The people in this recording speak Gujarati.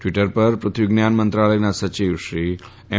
ટવીટર પર પૃથ્વી વિજ્ઞાન મંત્રાલયના સચિવ એમ